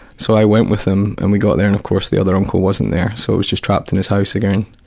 so i went with him, and we got there, and of course the other uncle wasn't there, so it was just trapped in this house again.